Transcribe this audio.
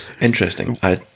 Interesting